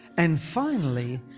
and finally,